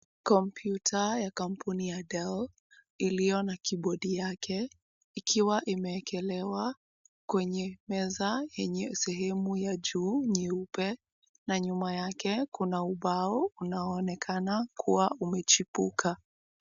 Kompyuta ya kampuni ya Dell, iliyo na kibodi yake ikiwa imeekelewa kwenye meza yenye sehemu ya juu nyeupe, na nyuma yake kuna ubao unaoonekana kuwa umechipuka.